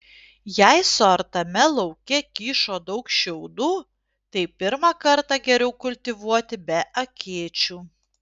jei suartame lauke kyšo daug šiaudų tai pirmą kartą geriau kultivuoti be akėčių